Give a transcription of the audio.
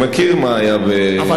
אני מכיר מה היה בכפר-קאסם,